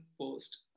post